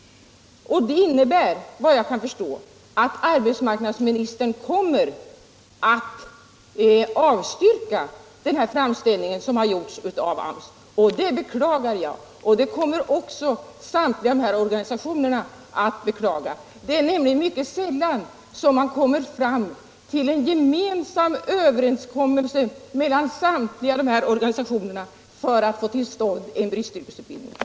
Det innebär såvitt jag kan förstå att arbetsmarknadsministern kommer att avslå den framställning som gjorts av AMS, och det beklagar jag. Det kommer samtliga dessa organisationer också att beklaga. Det är nämligen mycket sällan som samtliga dessa organisationer träffar en överenskommelse för att få till stånd en bristyrkesutbildning.